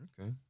Okay